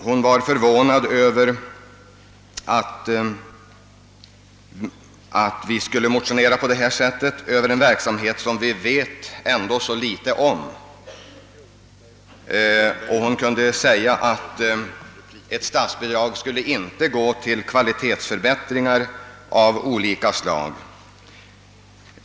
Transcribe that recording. Hon var förvånad över att vi skulle motionera på detta sätt om en verksamhet som vi ändå visste så litet om, och hon kunde säga att ett statsbidrag inte skulle gå till kvalitetsförbättringar av olika slag.